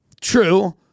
True